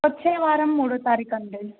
వచ్చే వారం మూడో తారీఖు అండి